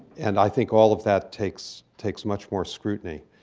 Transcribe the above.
and i think all of that takes takes much more scrutiny.